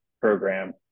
program